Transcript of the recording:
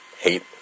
hate